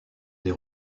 des